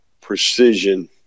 precision